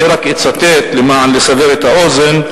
אני רק אצטט, כדי לסבר את האוזן,